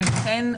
ולכן,